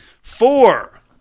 Four